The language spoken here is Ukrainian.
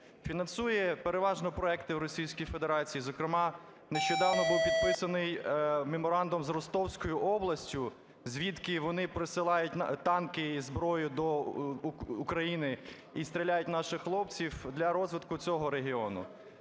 Фінансує переважно проекти в Російській Федерації, зокрема нещодавно був підписаний меморандум з Ростовською областю, звідки вони присилають танки і зброю до України і стріляють наших хлопців, для розвитку цього регіону.